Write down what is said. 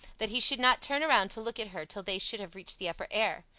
that he should not turn around to look at her till they should have reached the upper air.